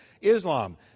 Islam